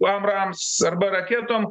abrams arba raketom